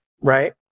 right